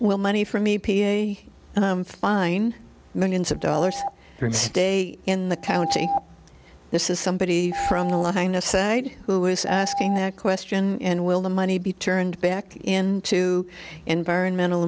well money for me p a and i'm fine millions of dollars and stay in the county this is somebody from the line aside who is asking that question and will the money be turned back into environmental